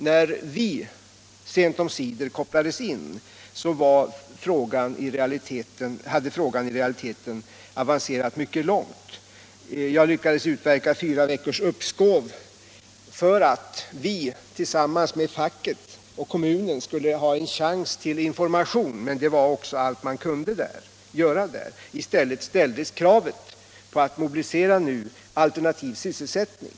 När vi i regeringen sent omsider kopplades in, hade I frågan i realiteten avancerat mycket långt. Jag lyckades utverka fyra veck Om åtgärder för att ors uppskov för att vi tillsammans med facket och kommunen skulle = säkra sysselsättha en chans till information. Men det var också allt man kunde göra = ningen inom där. I stället restes kravet på att mobilisera alternativ sysselsättning.